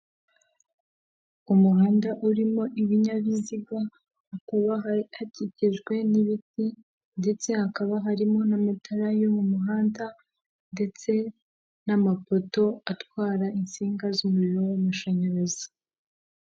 Umuhanda urimo ibinyabiziga hakaba hakikijwe n'ibiti ndetse hakaba harimo n'amatara yo mu muhanda, ndetse n'amapoto atwara insinga z'umuriro w'amashanyarazi.